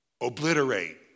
obliterate